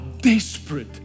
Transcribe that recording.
desperate